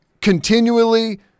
continually –